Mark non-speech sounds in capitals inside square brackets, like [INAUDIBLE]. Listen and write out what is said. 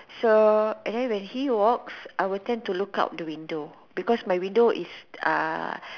so and then when he walks I will tend to look out the window because my window is uh [BREATH]